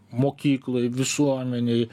mokykloj visuomenėj